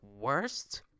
worst